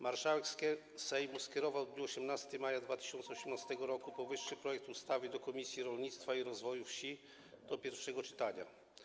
Marszałek Sejmu skierował w dniu 18 maja 2018 r. powyższy projekt ustawy do Komisji Rolnictwa i Rozwoju Wsi do pierwszego czytania.